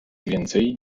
więcej